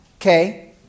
Okay